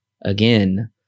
again